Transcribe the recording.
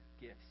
gifts